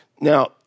Now